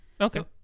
okay